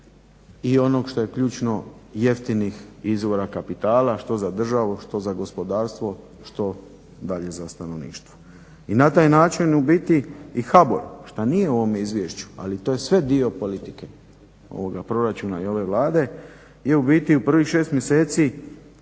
i onog što je ključno jeftinih izvora kapitala što za državu, što za gospodarstvo, što dalje za stanovništvo. I na taj način u biti i HBOR šta nije u ovom izvješću, ali to je sve dio politike ovoga proračuna i ove Vlade. I u biti u prvih 6 mjeseci